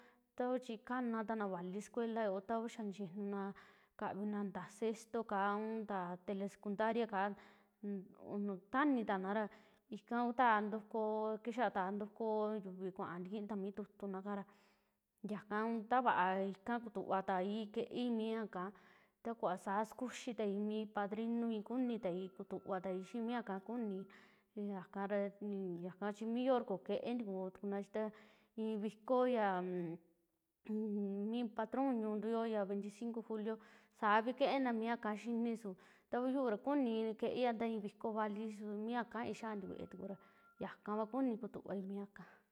Ta kuu chi kaana naa valii sucuela yoo ta kuu xaa nixiinuna kavina ntaa sexto kaa, untaa telesecundaria kaa nuu tanitana ra ika kuu taa ntukuo, kixaata ntukuo yuii kuaa ntikii ta mi tutuna ikara yaaka ta vaa ika ta kutuvatai keei mi ya ika, ta kuva saa sakuxii taii mi padrinuii kunitai kutuvatai xii mi ya ika kuni, yakara yaka chii mi yoora koo kee ntikuu tukuna ya ii vikoo ya mi patron ñuuntuyo ya veinticinco julio savii keena mi yaka xinii, suu tu yuu ya kunii keeia ntaa i'i viko vali su mia kai xaa ntikuee tukura yakaava kuni kutuvai mi aka.